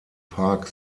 park